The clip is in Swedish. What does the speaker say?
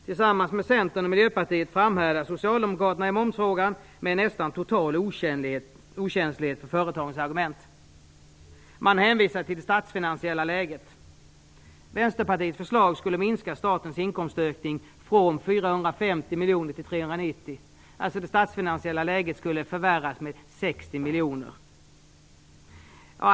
Tillsammans med Centern och Miljöpartiet framhärdar Socialdemokraterna i momsfrågan med nästan total okänslighet för företagens argument. Man hänvisar till det statsfinansiella läget. Vänsterpartiets förslag skulle minska statens inkomstökning från 450 miljoner kronor till 390 miljoner kronor. Det statsfinansiella läget skulle alltså förvärras med 60 miljoner kronor.